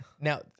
Now